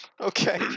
Okay